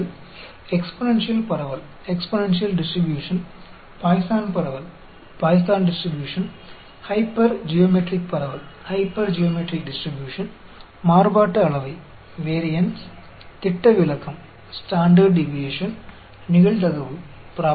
और यह डिस्ट्रीब्यूशन उस अर्थ में काफी उपयोगी है जहाँ आपके पास सीमित संख्या में जनसंख्या है और सैंपल है आप उस सीमित संख्या में जनसंख्या से लेते हैं ठीक है